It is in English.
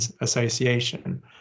association